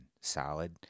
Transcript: solid